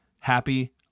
Happy